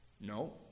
No